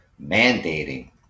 mandating